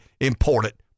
important